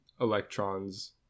electrons